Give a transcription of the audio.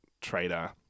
trader